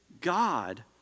God